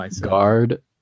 Guard